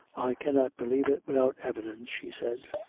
i cannot believe it without evidence, she said.